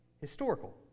historical